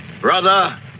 Brother